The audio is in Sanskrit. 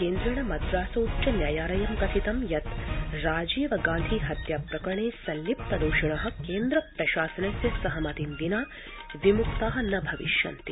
केन्द्रेण मद्रासोच्चनायायालयं कथितं यत् राजीवगान्धी हत्या प्रकरणे संलिप्त दोषिणः केन्द्र प्रशासनस्य सहमति विना विमक्ताः न भविष्यन्ति